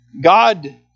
God